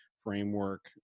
framework